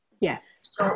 Yes